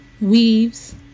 weaves